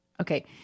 okay